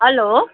hello